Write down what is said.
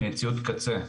ציוד קצה.